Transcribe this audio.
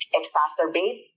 exacerbate